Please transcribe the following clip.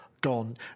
gone